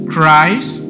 Christ